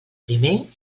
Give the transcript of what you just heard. primer